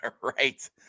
Right